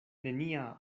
nenia